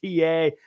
ta